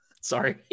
sorry